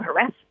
harass